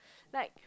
like